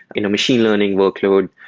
you know machine learning workload,